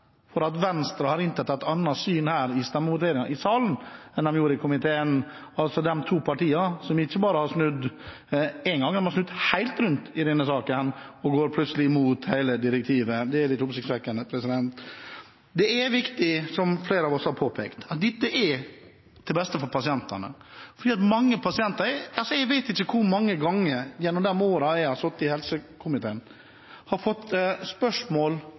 for at Venstre har inntatt et annet syn i stemmevoteringen her i salen enn de gjorde i komiteen. De to partiene har ikke bare snudd én gang – de har snudd helt rundt i denne saken, og går plutselig imot hele direktivet. Det er litt oppsiktsvekkende. Det er viktig, som flere av oss har påpekt, at dette er til beste for pasientene. Jeg vet ikke hvor mange ganger jeg gjennom de årene jeg har sittet i helsekomiteen, har møtt pasienter som har vært utenlands og fått